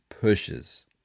pushes